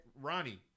Ronnie